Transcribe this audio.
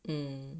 mm